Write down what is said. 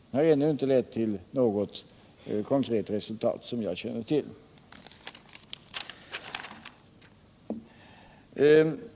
Den har ännu inte lett till något konkret resultat som jag känner till.